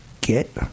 get